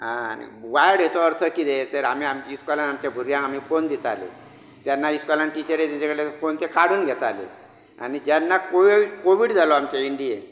आनी वायट हेचो अर्थ कितें तर आमी की इस्कोलांत आमच्या भुरग्यांक आमी फोन दितालीं तेन्ना इस्कोलांत टिचरी तेंचे कडेन फोन ते काडून घेतालीं आनी जेन्ना कोवीड कोवीड जालो आमचे इंडियेंत